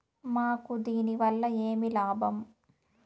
మాకు దీనివల్ల ఏమి లాభం